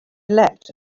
leapt